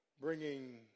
bringing